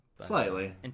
Slightly